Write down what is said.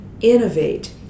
innovate